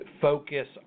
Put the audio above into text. focus